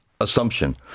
assumption